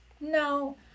No